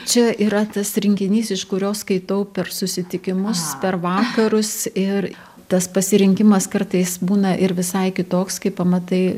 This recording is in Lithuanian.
čia yra tas rinkinys iš kurio skaitau per susitikimus per vakarus ir tas pasirinkimas kartais būna ir visai kitoks kai pamatai